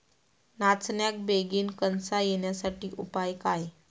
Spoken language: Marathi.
नाचण्याक बेगीन कणसा येण्यासाठी उपाय काय?